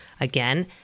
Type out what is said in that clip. again